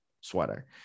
sweater